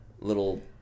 little